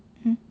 mm